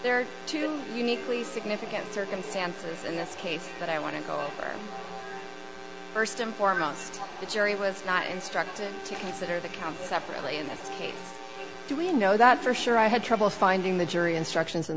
two uniquely significant circumstances in this case but i want to go first and foremost the jury was not instructed to consider that separately in this case do we know that for sure i had trouble finding the jury instructions in